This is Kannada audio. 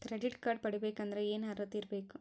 ಕ್ರೆಡಿಟ್ ಕಾರ್ಡ್ ಪಡಿಬೇಕಂದರ ಏನ ಅರ್ಹತಿ ಇರಬೇಕು?